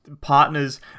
partners